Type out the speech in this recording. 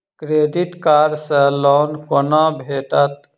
Credit card सँ loan कोना भेटत?